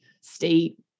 state